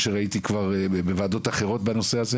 שיחד עם הוועדה,